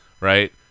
right